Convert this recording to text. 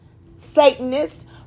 Satanist